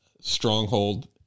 Stronghold